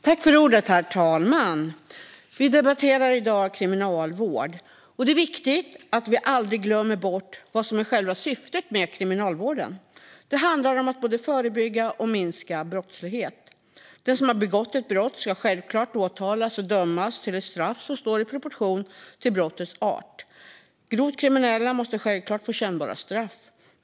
Herr talman! Vi debatterar i dag kriminalvård. Det är viktigt att vi aldrig glömmer bort vad som är själva syftet med kriminalvården. Det handlar om att både förebygga och minska brottslighet. Den som har begått ett brott ska självklart åtalas och dömas till ett straff som står i proportion till brottets art. Grovt kriminella måste självklart få kännbara straff.